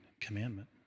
commandment